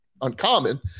uncommon